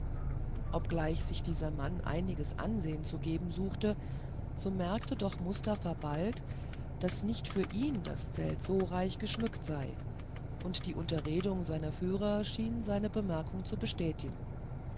obgleich sich dieser mann einiges ansehen zu geben suchte so merkte doch mustafa bald daß nicht für ihn das zelt so reich geschmückt sei und die unterredung seiner führer schien seine bemerkung zu bestätigen